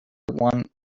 one